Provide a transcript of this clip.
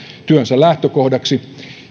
työnsä lähtökohdaksi